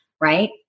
right